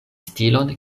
stilon